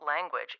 language